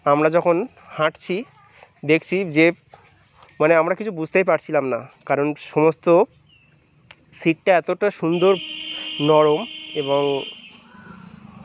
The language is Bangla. আমরা যখন হাঁটছি দেখছি যে মানে আমরা কিছু বুঝতেই পারছিলাম না কারণ সমস্ত সিটটা এতটা সুন্দর নরম এবং